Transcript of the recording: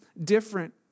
different